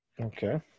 Okay